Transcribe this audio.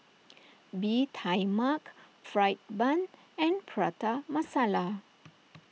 Bee Tai Mak Fried Bun and Prata Masala